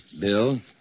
Bill